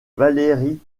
valerie